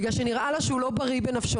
בגלל שנראה לו שהוא לא בריא בנפשו,